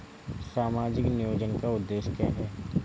सामाजिक नियोजन का उद्देश्य क्या है?